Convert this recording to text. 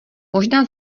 možná